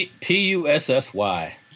P-U-S-S-Y